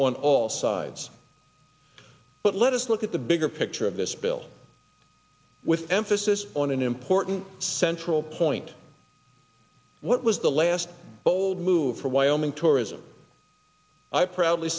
on all sides but let us look at the bigger picture of this bill with emphasis on an important central point what was the last bold move for wyoming tourism i proudly